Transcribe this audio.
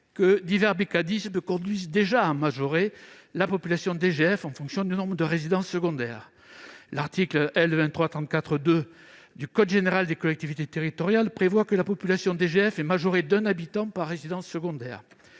que divers mécanismes conduisent déjà à majorer la population DGF en fonction du nombre de résidences secondaires. L'article L. 2334-2 du code général des collectivités territoriales prévoit que la population DGF est majorée d'un habitant par résidence secondaire.